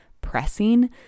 pressing